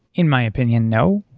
in my opinion, no.